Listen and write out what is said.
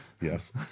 Yes